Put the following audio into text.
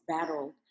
battled